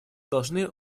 должны